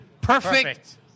Perfect